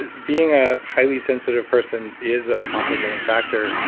ah being a highly sensitive person is a complicating factor,